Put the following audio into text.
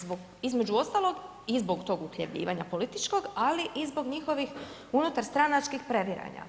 Zbog, između ostalog i zbog tog uhljebljivanja političkog, ali i zbog njihovih unutarstranačkih previranja.